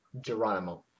Geronimo